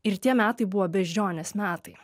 ir tie metai buvo beždžionės metai